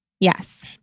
yes